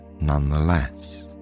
nonetheless